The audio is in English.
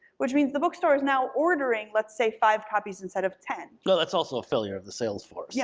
which means the bookstore is now ordering, let's say, five copies instead of ten. well, that's also a failure of the sales force. yeah